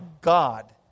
God